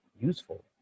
useful